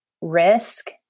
risk